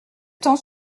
temps